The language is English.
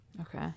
Okay